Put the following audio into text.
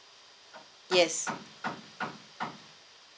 yes